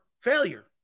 failure